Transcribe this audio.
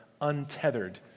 untethered